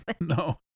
No